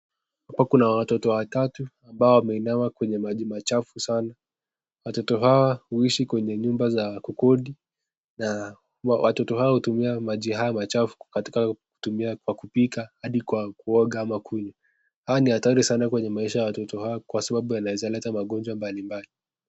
Hapo kuna watoto watatu ambao wameinama kwenye maji machafu sana, watoto hawa huishi kwenye nyumba za kukodi, watoto ha wanatumia maji hayo machafu katika kupika hadi kwa kuoga, haya ni hatari sana kwa watoto hao kwa sababu yanaweza yakaleta magonjwa mbalimbali.